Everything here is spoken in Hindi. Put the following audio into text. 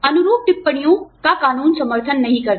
अनुरूप टिप्पणियों का कानून समर्थन नहीं करता